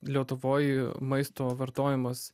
lietuvoj maisto vartojimas